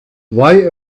why